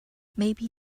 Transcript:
maybe